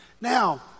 Now